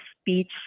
speech